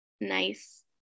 nice